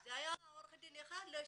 זה היה עורך דין אחד לשנינו.